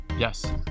Yes